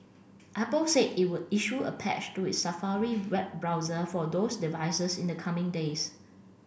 apple said it would issue a patch to its Safari web browser for those devices in the coming days